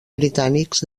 britànics